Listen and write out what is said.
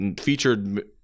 featured